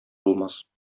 булмас